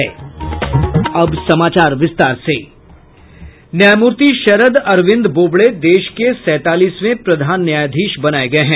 न्यायमूर्ति शरद अरविंद बोबड़े देश के सैंतालीसवें प्रधान न्यायाधीश बनाये गये हैं